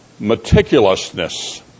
meticulousness